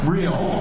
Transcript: Real